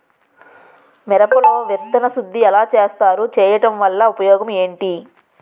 మిరప లో విత్తన శుద్ధి ఎలా చేస్తారు? చేయటం వల్ల ఉపయోగం ఏంటి?